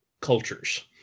cultures